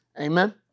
amen